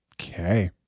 Okay